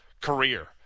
career